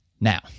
Now